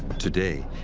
today,